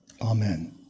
Amen